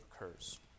occurs